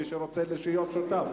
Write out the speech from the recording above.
מי שרוצה להיות שותף,